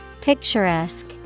Picturesque